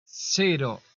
cero